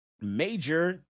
Major